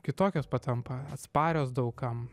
kitokios patampa atsparios daug kam